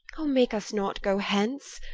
o make us not go hence!